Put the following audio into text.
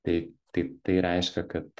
tai taip tai reiškia kad